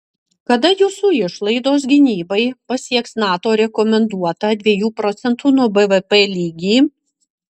kada jūsų išlaidos gynybai pasieks nato rekomenduotą dviejų procentų nuo bvp lygį